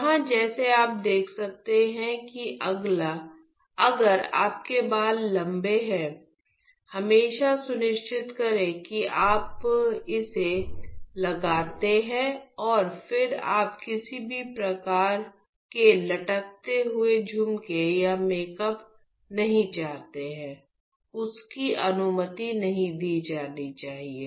यहां जैसे आप देख सकते हैं कि अगर आपके लंबे बाल हैं हमेशा सुनिश्चित करें कि आप इसे लगाते हैं और फिर आप किसी भी प्रकार के लटकते हुए झुमके या मेकअप नहीं चाहते हैं उस की अनुमति नहीं दी जानी चाहिए